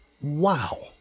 Wow